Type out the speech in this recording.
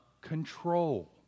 control